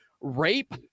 rape